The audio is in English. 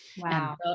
Wow